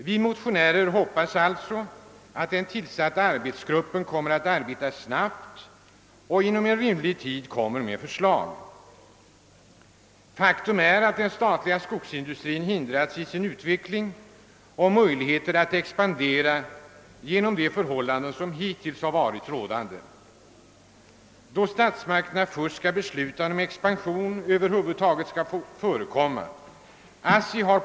Vi motionärer hoppas alltså att den tillsatta arbetsgruppen kommer att arbeta snabbt och att den framlägger förslag inom rimlig tid. Faktum är att den statliga skogsindustrin hindras i sin utveckling och i sina möjligheter att expandera genom de hittills rådande förhållandena, eftersom statsmakterna först skall besluta om huruvida en expansion över huvud taget skall förekomma eller inte.